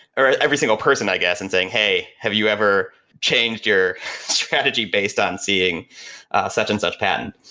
or every single person, i guess and saying, hey, have you ever changed your strategy based on seeing such-and-such patents?